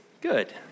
Good